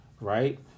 right